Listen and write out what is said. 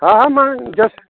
हा हा मां जस्ट